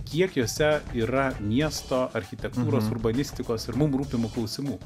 kiek jose yra miesto architektūros urbanistikos ir mum rūpimų klausimų